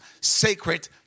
sacred